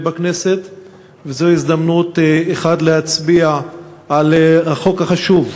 וזו הזדמנות להצביע על החוק החשוב,